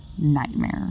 nightmare